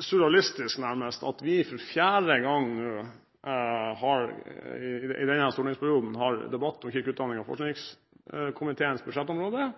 surrealistisk at vi for fjerde gang i denne stortingsperioden har en debatt om kirke-, utdannings- og forskningskomiteens budsjettområde